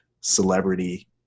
celebrity